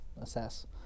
assess